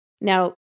Now